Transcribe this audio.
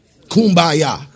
Kumbaya